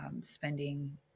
spending